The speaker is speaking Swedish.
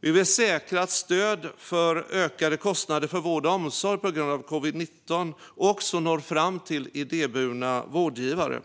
Vi vill säkra att stöd för ökade kostnader för vård och omsorg på grund av covid-19 också når fram till idéburna vårdgivare.